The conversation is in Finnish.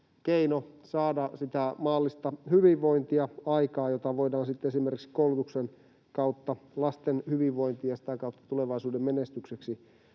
keino saada maallista hyvinvointia aikaan, jota voidaan sitten esimerkiksi koulutuksen kautta lasten hyvinvointiin ja sitä kautta tulevaisuuden menestykseksi